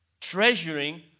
treasuring